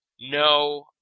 No